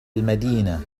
المدينة